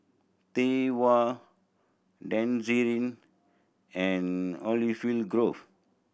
Tai Hua Denizen and Olive Grove